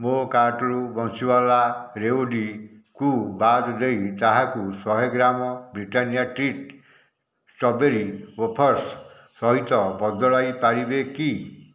ମୋ କାର୍ଟ୍ରୁ ବଂଶୀୱାଲା ରେୱଡ଼ିକୁ ବାଦ ଦେଇ ତାହାକୁ ଶହେ gram Britannia treat strawberry wafers ସହିତ ବଦଳାଇ ପାରିବେ କି